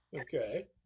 okay